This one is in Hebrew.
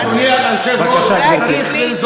על המעשה שהיא אמרה לי "חוצפן"?